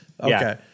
Okay